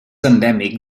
endèmic